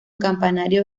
campanario